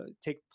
take